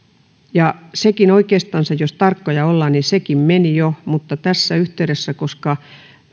ja oikeastaan jos tarkkoja ollaan niin sekin meni jo mutta koska